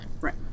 Right